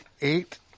eight